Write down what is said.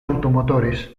automotores